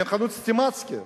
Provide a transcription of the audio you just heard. לחנות "סטימצקי".